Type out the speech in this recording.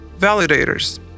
Validators